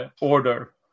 Order